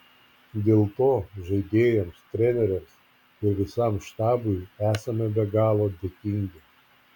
dėl to žaidėjams treneriams ir visam štabui esame be galo dėkingi